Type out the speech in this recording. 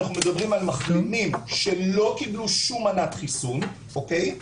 אנחנו מדברים על מחלימים שלא קיבלו שום מנת חיסון אוקי?